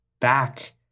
back